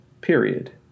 period